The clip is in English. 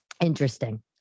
interesting